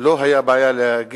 את צריכה לראות איך היא משפילה,